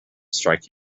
strike